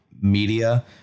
media